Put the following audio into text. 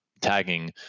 tagging